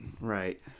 Right